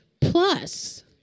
Plus